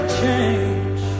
change